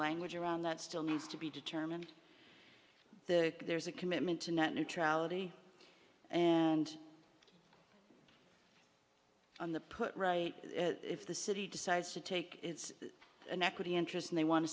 language around that still needs to be determined the there's a commitment to net neutrality and on the put right if the city decides to take it's an equity interest they want to